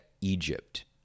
egypt